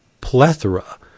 plethora